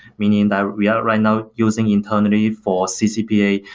meaning that we are right now using internally for ccpa,